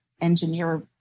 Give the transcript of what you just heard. engineer